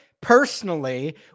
personally